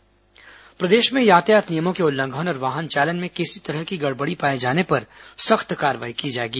परिवहन मंत्री बैठक प्रदेश में यातायात नियमों के उल्लंघन और वाहन चालन में किसी तरह की गड़बड़ी पाए जाने पर सख्त कार्रवाई की जाएगी